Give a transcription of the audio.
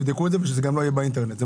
תבדקו את זה ושזה גם לא יהיה באינטרנט,